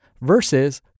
versus